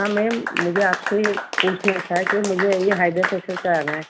ہاں میم مجھے آپ سے پوچھنا تھا کہ مجھے یہ ہائڈرا فیشل کرانا ہے